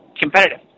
competitive